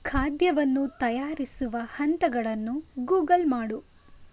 ಖಾದ್ಯವನ್ನು ತಯಾರಿಸುವ ಹಂತಗಳನ್ನು ಗೂಗಲ್ ಮಾಡು